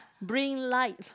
bring lights